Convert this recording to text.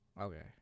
Okay